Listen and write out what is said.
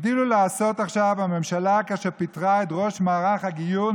הגדילה לעשות עכשיו הממשלה כאשר פיטרה את ראש מערך הגיור,